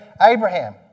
Abraham